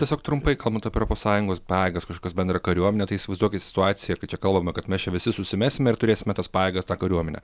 tiesiog trumpai kalbant apie europos sąjungos pajėgas kažkas bendrą kariuomenę tai įsivaizduokit situaciją kai čia kalbame kad mes čia visi susimesime ir turėsime tas pajėgas tą kariuomenę